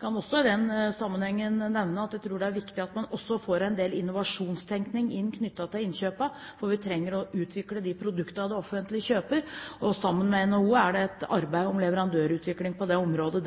kan også i den sammenhengen nevne at jeg tror det er viktig at man også får inn en del innovasjonstenkning knyttet til innkjøpene, for vi trenger å utvikle de produktene som det offentlige kjøper. Og det er et arbeid om leverandørutvikling på dette området